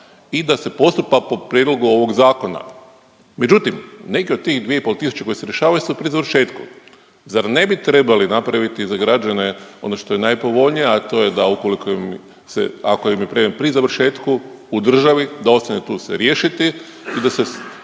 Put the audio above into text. i da se postupa po prijedlogu ovog zakona. Međutim, neki od tih 2,5 tisuće koji se rješavaju su pri završetku. Zar ne bi trebali napraviti za građane ono što je najpovoljnije, a to je da ukoliko ime se, ako im je predmet pri završetku u državi da ostane se tu riješiti i da se